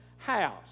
House